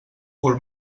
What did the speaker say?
cul